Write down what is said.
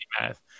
math